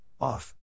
off